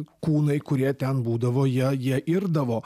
kūnai kurie ten būdavo jie jie irdavo